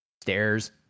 Stairs